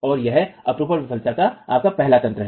तो यह अपरूपण विफलता का आपका पहला तंत्र है